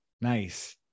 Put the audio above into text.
Nice